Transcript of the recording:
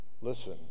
listen